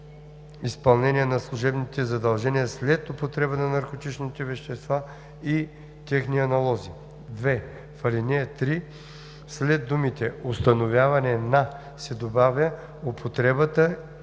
изпълнение на служебните задължения след употреба на наркотични вещества или техни аналози.“ 2. В ал. 3 след думите „установяване на“ се добавя „употребата